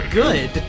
good